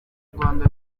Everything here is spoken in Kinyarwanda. rwanda